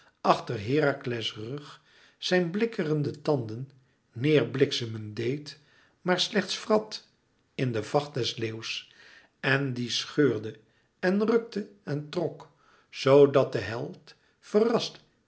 achter herakles rug zijn blikkerende tanden neêr bliksemen deed maar slechts vrat in den vacht des leeuws en dien scheurde en rukte en trok zoo dat de held verrast